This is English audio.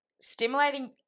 stimulating